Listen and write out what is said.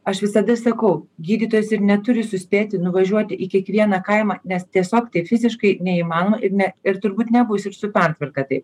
aš visada sakau gydytojas ir neturi suspėti nuvažiuoti į kiekvieną kaimą nes tiesiog tai fiziškai neįmanoma ir ne ir turbūt nebus ir su pertvarka tai